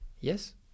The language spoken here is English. Yes